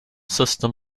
system